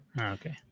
okay